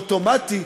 אוטומטי,